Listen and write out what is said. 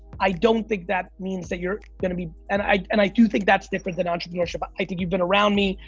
i don't think that means that you're gonna be, and i and i do think that's different than entrepreneurship, but i think you've been around me,